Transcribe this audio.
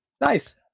Nice